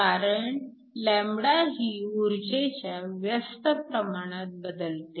कारण λ ही ऊर्जेच्या व्यस्त प्रमाणात बदलते